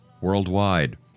worldwide